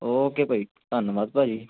okay ਭਾਅ ਜੀ ਧੰਨਵਾਦ ਭਾਅ ਜੀ